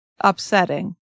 Upsetting